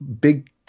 big